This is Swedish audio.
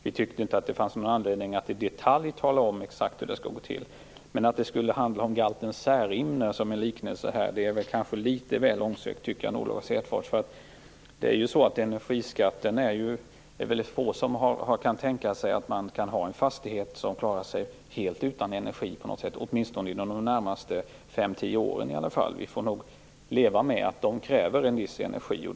Vi tyckte inte att det fanns någon anledning att i detalj tala om hur det skall gå till. Men att det skulle handla om galten Särimner är litet väl långsökt, Lars Hedfors. Det är väldigt få som kan tänka sig att ha en fastighet som helt klarar sig utan energi de närmaste 5-10 åren. Vi får nog leva med att fastigheterna kräver viss energi.